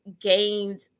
gained